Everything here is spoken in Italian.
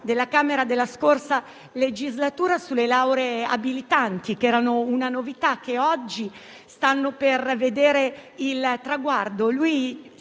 deputati della scorsa legislatura, sulle lauree abilitanti, che erano una novità e che oggi stanno per vedere il traguardo.